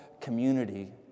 community